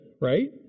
right